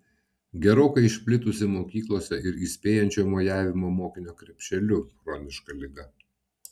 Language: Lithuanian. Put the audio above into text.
gerokai išplitusi mokyklose ir įspėjančio mojavimo mokinio krepšeliu chroniška liga